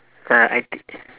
ya I T